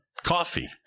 Coffee